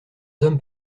hommes